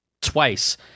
twice